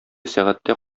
сәгатьтә